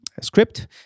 script